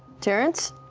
terrence?